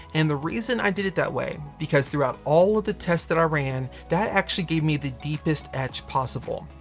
and the reason i did it that way, because throughout all of the tests that i ran, that actually gave me the deepest etch possible.